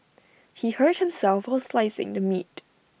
he hurt himself while slicing the meat